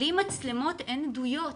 בלי מצלמות אין עדויות,